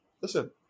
Listen